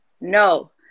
No